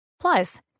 Plus